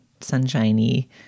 sunshiny